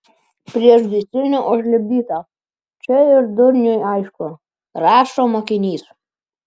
priešgaisrinė užlipdyta čia ir durniui aišku rašo mokinys